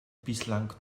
bislang